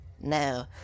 no